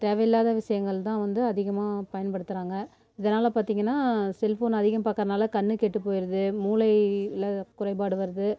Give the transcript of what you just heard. தேவை இல்லாத விஷயங்கள் தான் வந்து அதிகமாக பயன்படுத்துகிறாங்க இதனால பார்த்திங்கனா செல்ஃபோன் அதிகம் பாக்குறதுனால கண் கெட்டு போயிடுது மூளையில் குறைபாடு வருது